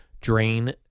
drain